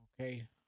Okay